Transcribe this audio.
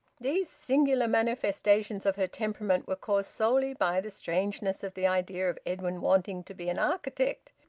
these singular manifestations of her temperament were caused solely by the strangeness of the idea of edwin wanting to be an architect.